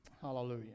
Hallelujah